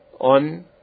on